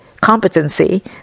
competency